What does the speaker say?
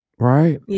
right